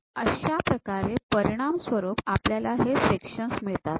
आणि अशा प्रकारे परिणामस्वरूप आपल्याला हे सेक्शन मिळतात